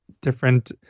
different